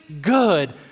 good